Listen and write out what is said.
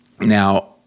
Now